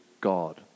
God